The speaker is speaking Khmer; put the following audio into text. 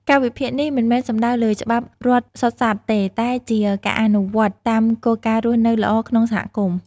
ការវិភាគនេះមិនមែនសំដៅលើច្បាប់រដ្ឋសុទ្ធសាធទេ តែជាការអនុវត្តតាមគោលការណ៍រស់នៅល្អក្នុងសហគមន៍។